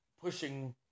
pushing